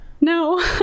No